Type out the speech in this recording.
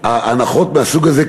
הנחות מהסוג הזה,